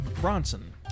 Bronson